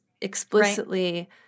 explicitly